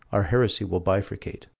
our heresy will bifurcate